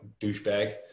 Douchebag